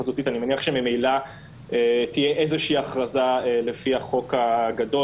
חזותית אני מניח שממילא תהיה איזה שהיא הכרזה לפי החוק הגדול.